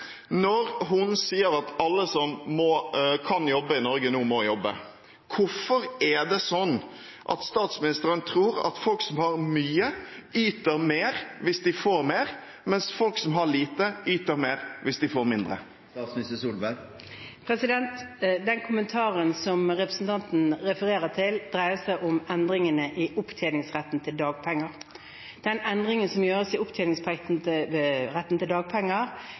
Når hun sier at alle i Norge som kan jobbe, nå må jobbe, hvorfor tror statsministeren at folk som har mye, yter mer hvis de får mer, og at folk som har lite, yter mer hvis de får mindre? Den kommentaren som representanten refererer til, dreier seg om endringene i opptjeningsretten til dagpenger. Endringen